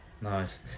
nice